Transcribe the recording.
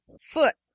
foot